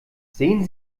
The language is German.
sehen